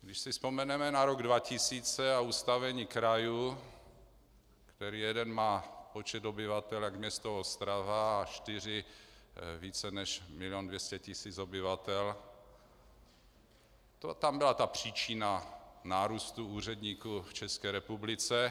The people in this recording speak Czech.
Když si vzpomeneme na rok 2000 a ustavení krajů, kdy jeden má počet obyvatel jako město Ostrava a čtyři více než milion 200 tisíc obyvatel, tam byla ta příčina nárůstu úředníků v České republice.